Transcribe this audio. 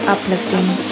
Uplifting